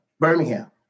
Birmingham